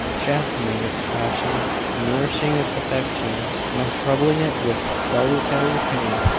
chastening its passions, nourishing its affections now troubling it with salutary pain,